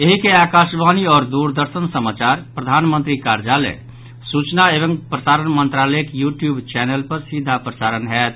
एहि के आकाशवाणी आओर दूरदर्शन समाचार प्रधानमंत्री कार्यालय आओर सूचना एवं प्रसारण मंत्रालयक यू टयूब चैनल पर सिधा प्रसारण होयत